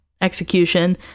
execution